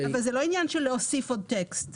זה לא עניין של להוסיף עוד טקסט.